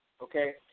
okay